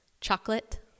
chocolate